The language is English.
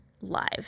Live